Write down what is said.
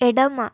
ఎడమ